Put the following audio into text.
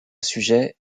sujet